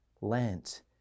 Lent